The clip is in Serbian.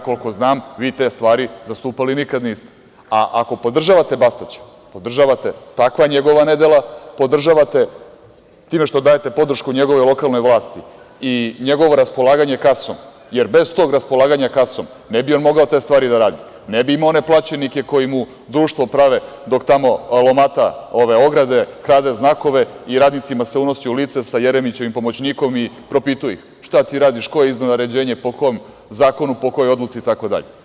Koliko znam, vi te stvari zastupali nikad niste, a ako podržavate Bastać, podržavate takva njegova nedela, podržavate time što dajete podršku njegovoj lokalnoj vlasti i njegovo raspolaganje kasom, jer bez tog raspolaganja kasom ne bi on mogao te stvari da radi, ne bi imao one plaćenike koji mu društvo prave dok tamo lomata ove ograde, krade znakove i radnicima se unosi u lice sa Jeremićevim pomoćnikom i propituje ih – šta ti radiš, ko je izdao naređenje, po kom zakonu, po kojoj odluci itd?